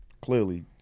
clearly